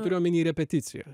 turiu omeny repeticiją